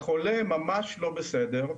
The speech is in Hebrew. החולה ממש לא בסדר,